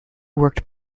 worked